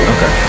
Okay